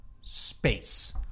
Space